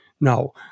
Now